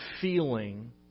feeling